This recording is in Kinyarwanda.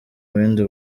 bundi